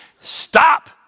Stop